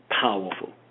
powerful